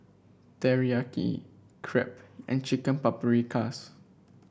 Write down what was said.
Teriyaki Crepe and Chicken Paprikas